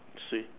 see